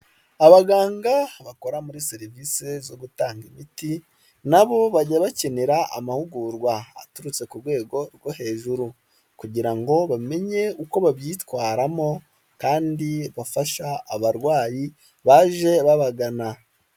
Abaganga bakora muri serivisi zo gutanga imiti nabo bajya bakenera amahugurwa aturutse ku rwego rwo hejuru kugira ngo bamenye uko babyitwaramo kandi bafasha abarwayi baje babagana.